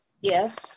Yes